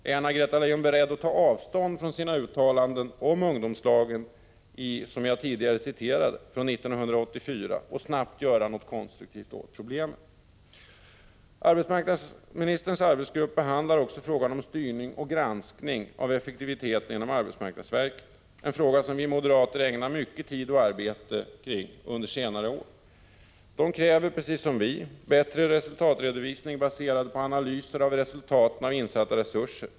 Är Anna-Greta Leijon beredd att ta avstånd från sina uttalanden 1984 om ungdomslagens förträfflighet, som jag tidigare citerade, och snabbt göra något konstruktivt åt problemen? Arbetsmarknadsministerns arbetsgrupp behandlar också frågan om styrning och granskning av effektiviteten inom arbetsmarknadsverket, en fråga som vi moderater ägnat mycket tid och arbete under senare år. Man kräver, liksom vi gör, bättre resultatredovisning baserad på analyser av resultaten av insatta resurser.